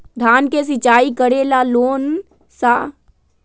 धान के सिचाई करे ला कौन सा बोर्डिंग सही होई?